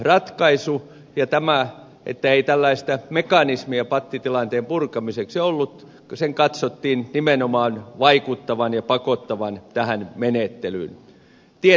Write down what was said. tämän että ei tällaista mekanismia pattitilanteen purkamiseksi ollut katsottiin nimenomaan vaikuttavan ja pakottavan tähän menettelyyn